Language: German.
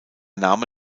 name